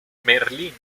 merlín